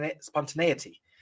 spontaneity